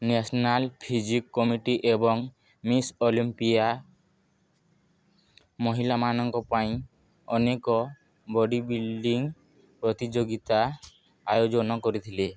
national physique committee ଏବଂ miss Olympia ମହିଲାମାନଙ୍କ ପାଇଁ ଅନେକ ବଡ଼ି ବିଲ୍ଡ଼ିଙ୍ଗ ପ୍ରତିଯୋଗିତା ଆୟୋଜନ କରିଥିଲେ